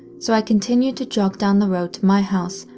so i continued to jog down the road to my house,